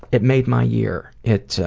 it made my year. it